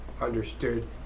understood